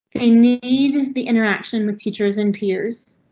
i need the interaction with teachers and peers.